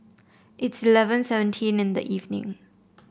it's eleven seventeen in the evening